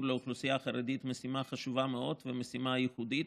לאוכלוסייה החרדית משימה חשובה מאוד ומשימה ייחודית,